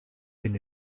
been